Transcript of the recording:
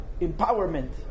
empowerment